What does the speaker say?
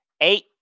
Eight